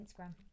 instagram